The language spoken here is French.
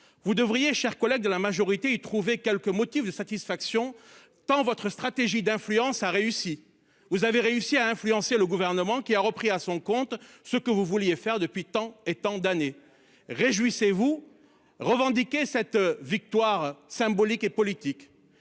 Vous devriez chers collègues de la majorité y trouver quelques motifs de satisfaction tend votre stratégie d'influence a réussi, vous avez réussi à influencer le gouvernement qui a repris à son compte ce que vous vouliez faire depuis tant et tant d'années. Réjouissez-vous revendiquer cette victoire symbolique et politique.